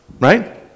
Right